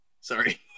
Sorry